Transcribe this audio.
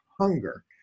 Hunger